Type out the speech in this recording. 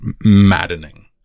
maddening